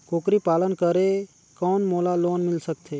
कूकरी पालन करे कौन मोला लोन मिल सकथे?